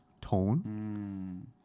tone